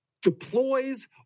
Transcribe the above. deploys